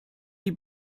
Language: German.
die